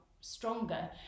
stronger